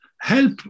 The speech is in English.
help